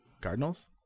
Cardinals